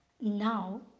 Now